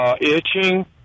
Itching